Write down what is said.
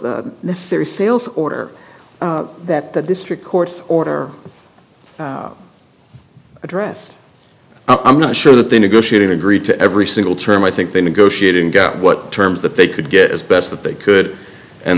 sales order that the district court order address i'm not sure that they negotiated agreed to every single term i think they negotiated and got what terms that they could get as best that they could and